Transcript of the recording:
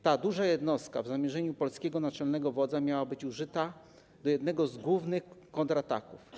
Ta duża jednostka, w zamierzeniu polskiego naczelnego wodza, miała być użyta do jednego z głównych kontrataków.